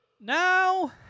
now